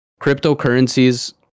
cryptocurrencies